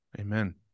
Amen